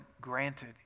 granted